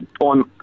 on